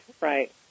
right